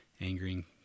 angering